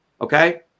okay